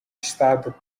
estado